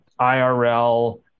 IRL